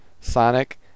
Sonic